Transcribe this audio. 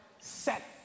set